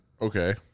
Okay